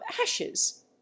ashes